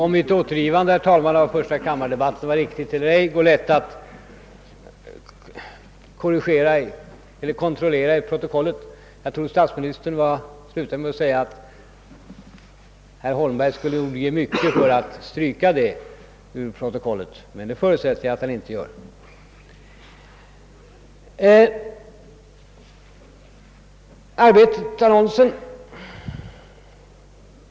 Herr talman! Om mitt återgivande av förstakammardebatten var riktigt eller ej är lätt att kontrollera i protokollet. Jag tror att statsministern slutade med att säga att herr Holmberg nog skulle ge mycket för att stryka sin replik ur protokollet, men det förutsätter jag att han inte gör. Beträffande annonsen i Arbetet!